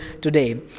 today